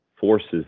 forces